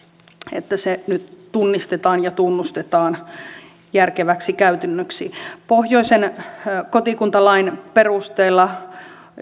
että se nyt tunnistetaan ja tunnustetaan järkeväksi käytännöksi pohjoisen kotikuntalain perusteella